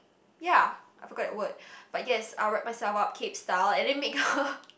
ya I forgot it would but yes I'll wrap myself up cape style and then make her